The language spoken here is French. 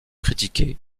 critiquée